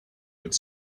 would